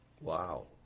Wow